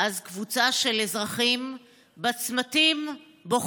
/ אז קבוצה של אזרחים / בצמתים בוכים,